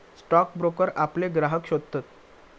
stock broker आपले ग्राहक शोधतत